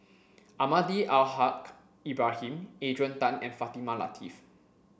Almahdi Al Haj Ibrahim Adrian Tan and Fatimah Lateef